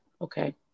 Okay